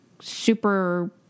super